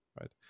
right